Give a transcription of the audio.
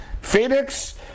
Phoenix